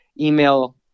Email